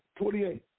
28